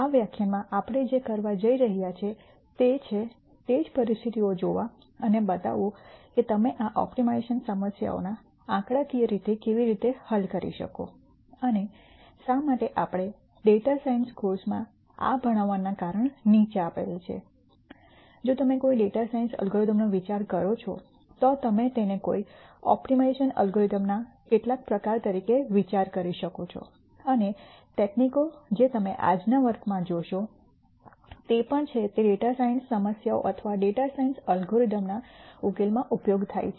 આ વ્યાખ્યાનમાં આપણે જે કરવા જઈ રહ્યા છીએ તે છે તે જ પરિસ્થિતિઓ જોવા અને બતાવવું કે તમે આ ઓપ્ટિમાઇઝેશન સમસ્યાઓના આંકડાકીય રીતે કેવી રીતે હલ કરી શકો અને શા માટે આપણે ડેટા સાયન્સ કોર્સમાં આ ભણાવવાનાં કારણ નીચે આપેલ છે જો તમે કોઈ ડેટા સાયન્સ એલ્ગોરિધમનો વિચાર કરો છો તો તમે તેને કોઈ ઓપ્ટિમાઇઝેશન અલ્ગોરિધમનો કેટલાક પ્રકાર તરીકે વિચારી શકો છો અને તકનીક જે તમે આજના વર્ગમાં જોશો તે પણ છે તે ડેટા સાયન્સ સમસ્યાઓ અથવા ડેટા સાયન્સ અલ્ગોરિધમ્સના ઉકેલમાં ઉપયોગ થાય છે